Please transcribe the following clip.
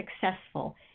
successful